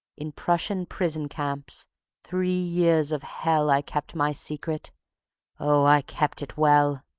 in prussian prison camps three years of hell i kept my secret oh, i kept it well!